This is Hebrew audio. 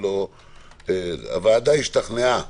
רק שנבהיר